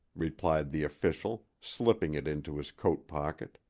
replied the official, slipping it into his coat pocket